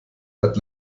hat